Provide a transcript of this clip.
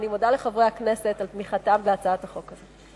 ואני מודה לחברי הכנסת על תמיכתם בהצעת החוק הזאת.